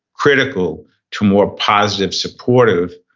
critical to more positive, supportive,